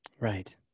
Right